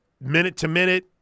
minute-to-minute